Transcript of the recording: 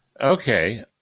Okay